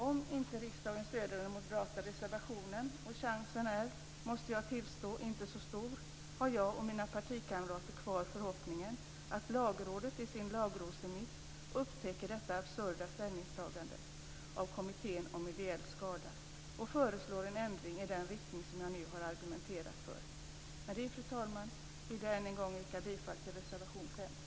Om inte riksdagen stöder den moderata reservationen, och chansen är måste jag tillstå inte så stor, har jag och mina partikamrater kvar förhoppningen att Lagrådet i sin lagrådsremiss upptäcker detta absurda ställningstagande av Kommittén om ideell skada och föreslår en ändring i den riktning som jag nu har argumenterat för. Med det, fru talman, vill jag än en gång yrka bifall till reservation 5.